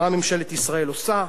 מה ממשלת ישראל עושה?